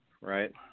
Right